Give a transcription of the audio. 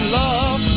love